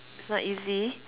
it's not easy